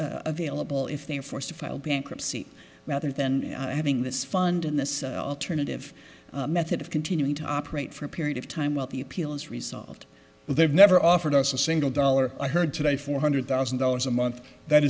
less available if they are forced to file bankruptcy rather than having this fund in this alternative method of continuing to operate for a period of time while the appeal is resolved they've never offered us a single dollar i heard today four hundred thousand dollars a month that